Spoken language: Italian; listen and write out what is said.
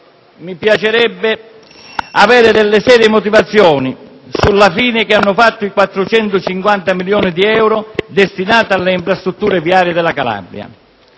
mi piacerebbe avere delle serie motivazioni sulla fine che hanno fatto i 450 milioni di euro destinati alle infrastrutture viarie della Calabria.